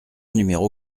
numéro